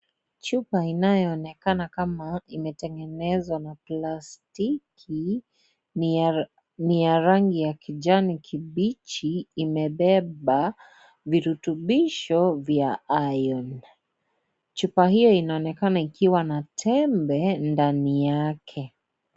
Chupa inayo onekana kama imetengenezwa na plastiki ni ya rangi ya kijani kibichi imebeba virutubisho vya iron chupa hiyo inaonekana ikiwa na tembe ndani yake.